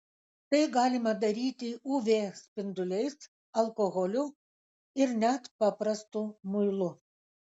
tai galima daryti uv spinduliais alkoholiu ir net paprastu muilu